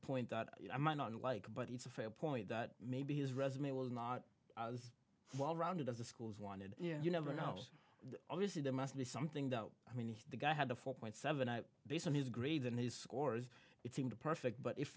point that i might not like but it's a fair point that maybe his resume was not as well rounded as the schools wanted you never know obviously there must be something that i mean the guy had a four point seven based on his grade than his scores it seemed perfect but if